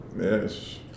Yes